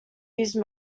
used